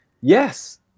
Yes